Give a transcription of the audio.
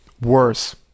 Worse